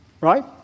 right